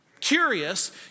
curious